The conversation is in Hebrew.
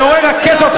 הממשלה היחידה